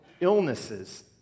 illnesses